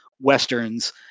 Westerns